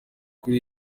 kuri